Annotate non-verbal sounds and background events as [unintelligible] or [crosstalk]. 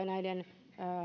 [unintelligible] näiden